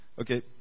Okay